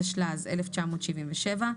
התשל"ז 1977,